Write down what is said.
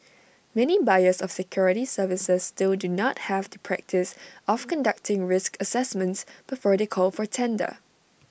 many buyers of security services still do not have the practice of conducting risk assessments before they call for tender